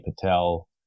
Patel